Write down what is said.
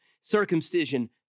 circumcision